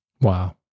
Wow